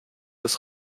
des